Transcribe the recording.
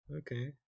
okay